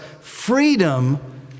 freedom